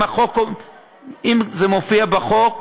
אם זה מופיע בחוק,